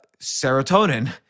serotonin